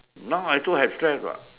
now I also have stress what